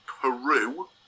Peru